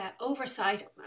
oversight